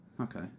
Okay